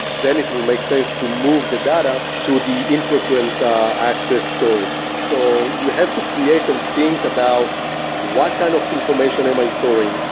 then it will make sense to move the data to the infrequent access storage. so you have to create and think about what kind of information am i storing?